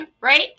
right